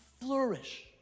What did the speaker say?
flourish